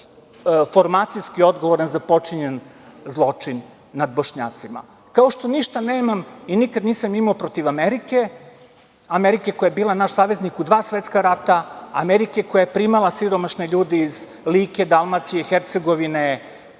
formacijski odgovoran za počinjen zločin nad Bošnjacima. Kao što ništa nemam i nikad nisam imao protiv Amerike, Amerike koja je bila naš saveznik u dva svetska rata, Amerike koja je primala siromašne ljude iz Like, Dalmacije, Hercegovine,